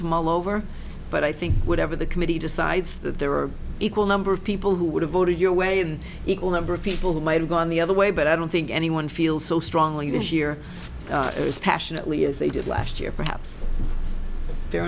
all over but i think whatever the committee decides that there are equal number of people who would have voted your way and equal number of people who might have gone the other way but i don't think anyone feels so strongly this year as passionately as they did last year perhaps